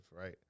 right